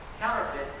counterfeit